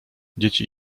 dzieci